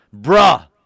Bruh